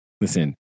listen